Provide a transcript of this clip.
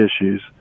issues